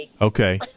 Okay